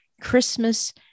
Christmas